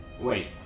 wait